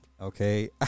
okay